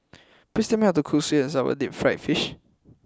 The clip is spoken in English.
please tell me how to cook Sweet and Sour Deep Fried Fish